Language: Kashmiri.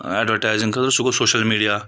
اَیٚڈوَٹایِزِنٛگ خٲطرٕ سُہ گوٚو سوشَل میٖڈیا